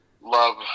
love